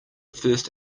first